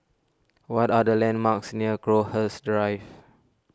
what are the landmarks near Crowhurst Drive